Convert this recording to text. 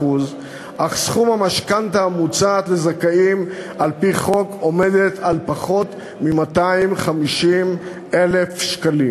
אך סכום המשכנתה המוצעת לזכאים על-פי חוק הוא פחות מ-250,000 שקלים.